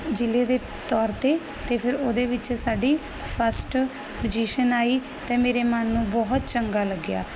ਜਿਲੇ ਦੇ ਤੌਰ 'ਤੇ ਫਿਰ ਉਹਦੇ ਵਿੱਚ ਸਾਡੀ ਫਸਟ ਪੋਜੀਸ਼ਨ ਆਈ ਤੇ ਮੇਰੇ ਮਨ ਨੂੰ ਬਹੁਤ ਚੰਗਾ ਲੱਗਿਆ